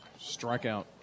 strikeout